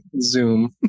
zoom